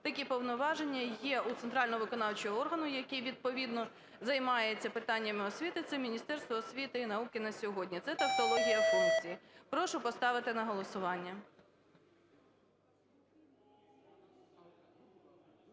такі повноваження є у центрального виконавчого органу, який відповідно займається питаннями освіти, це Міністерство освіти і науки на сьогодні. Це тавтологія функцій. Прошу поставити на голосування.